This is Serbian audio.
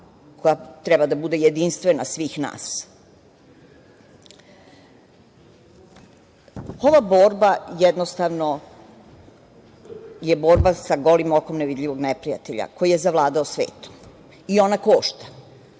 koja treba da bude jedinstvena svih nas. Ova borba jednostavno je borba sa golim okom nevidljivog neprijatelja koji je zavladao svetom i ona košta.